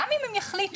גם אם הם יחליטו,